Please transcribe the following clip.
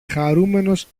χαρούμενος